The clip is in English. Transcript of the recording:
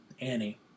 Annie